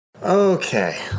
Okay